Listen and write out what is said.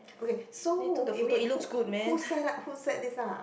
okay so you mean who who set up who set this up